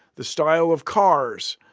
the style of cars,